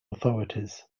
authorities